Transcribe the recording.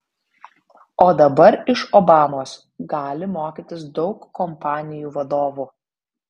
o dabar iš obamos gali mokytis daug kompanijų vadovų